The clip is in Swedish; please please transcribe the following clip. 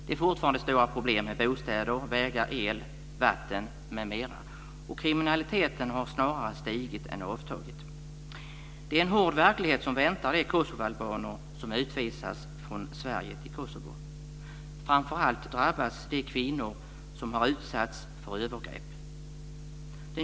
Det är fortfarande stora problem med bostäder, vägar, el, vatten m.m. Kriminaliteten har snarare ökat än avtagit. Det är en hård verklighet som väntar de kosovoalbaner som utvisas från Sverige till Kosovo. Framför allt drabbas de kvinnor som har utsatts för övergrepp.